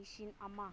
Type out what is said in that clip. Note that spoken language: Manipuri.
ꯂꯤꯁꯤꯡ ꯑꯃ